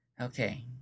Okay